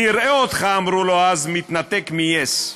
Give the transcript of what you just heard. "נראה אותך", אמרו לו אז, "מתנתק מ-yes,